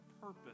purpose